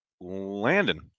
Landon